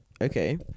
okay